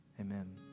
Amen